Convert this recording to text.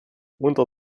unter